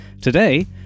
Today